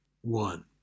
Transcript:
One